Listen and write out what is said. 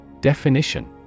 Definition